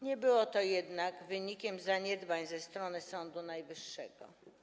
Nie było to jednak wynikiem zaniedbań ze strony Sądu Najwyższego.